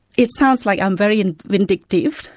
it sounds like i'm very and vindictive,